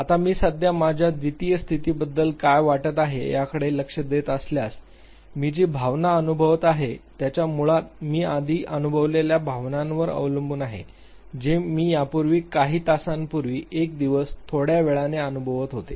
आता मी सध्या माझ्या द्वितीय स्थितीबद्दल काय वाटत आहे याकडे लक्ष देत असल्यास मी जी भावना अनुभवत आहे त्याचा मूळत मी आधी अनुभवलेल्या भावनांवर अवलंबून आहे जे मी यापूर्वी काही तासांपूर्वी एक दिवस थोड्या वेळाने अनुभवत होतो